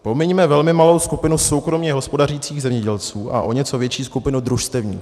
Pomiňme velmi malou skupinu soukromě hospodařících zemědělců a o něco větší skupinu družstevníků.